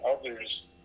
others